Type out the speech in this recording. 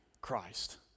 Christ